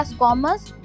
commerce